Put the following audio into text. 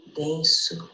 denso